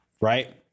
right